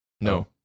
no